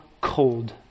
cold